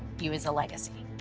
you as a legacy.